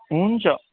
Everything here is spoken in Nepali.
हुन्छ